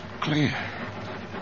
clear